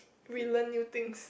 we learn new things